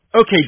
Okay